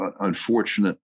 unfortunate